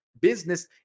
business